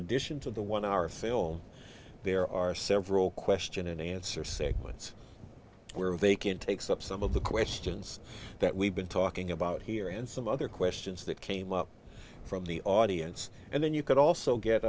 addition to the one hour film there are several question and answer segments were vacant takes up some of the questions that we've been talking about here and some other questions that came up from the audience and then you could also get